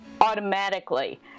automatically